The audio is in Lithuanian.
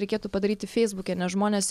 reikėtų padaryti feisbuke nes žmonės